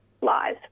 lies